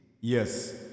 Yes